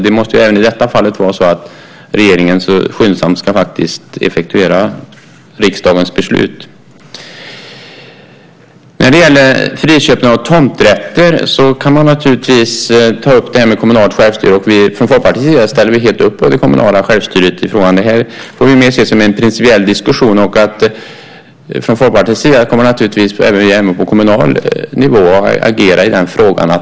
Det måste även i detta fall vara så att regeringen så skyndsamt som möjligt ska effektuera riksdagens beslut. När det gäller frågan om friköp av tomträtter kan man naturligtvis diskutera kommunalt självstyre. Från Folkpartiets sida ställer vi helt upp på det kommunala självstyret i frågan. Det får vi mer se som en principiell diskussion. Från Folkpartiet kommer vi även på kommunal nivå att agera i den frågan.